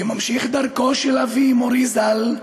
כממשיך דרכו של אבי מורי ז"ל.